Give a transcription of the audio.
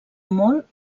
molt